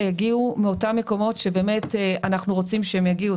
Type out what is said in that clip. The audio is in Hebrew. יגיעו מהמקומות שמהם אנחנו רוצים שהן יגיעו,